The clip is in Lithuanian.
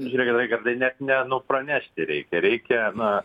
žiūrėkit raigardai net ne nu pranešti reikia reikia na